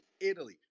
italy